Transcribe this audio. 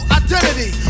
identity